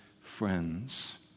friends